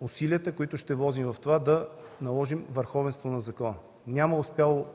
усилията, които ще вложим в това, да наложим върховенството на закона. Няма успяло